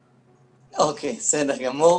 אוקיי, בסדר גמור.